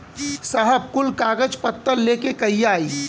साहब कुल कागज पतर लेके कहिया आई?